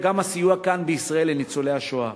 אלא גם הסיוע כאן בישראל לניצולי השואה.